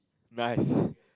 nice